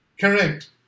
Correct